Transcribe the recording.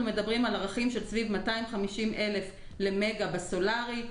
אנחנו מדברים על ערכים של סביב 250,000 אלף למגה בסולארי.